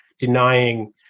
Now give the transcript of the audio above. denying